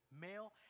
male